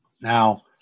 Now